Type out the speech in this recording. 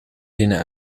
zinnen